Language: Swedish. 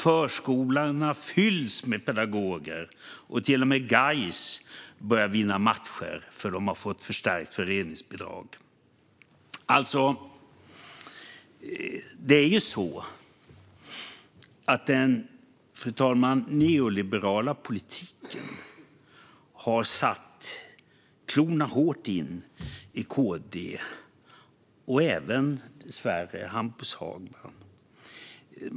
Förskolorna fylls med pedagoger. Till och med Gais börjar vinna matcher, för de har fått förstärkt föreningsbidrag. Fru talman! Den neoliberala politiken har satt klorna hårt i KD och även, dessvärre, i Hampus Hagman.